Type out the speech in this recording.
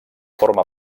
forma